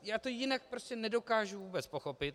Já to jinak prostě nedokážu vůbec pochopit.